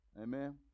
Amen